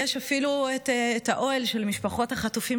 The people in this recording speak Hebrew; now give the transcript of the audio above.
יש אפילו את האוהל של משפחות החטופים,